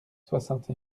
soixante